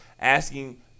asking